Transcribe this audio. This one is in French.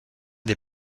des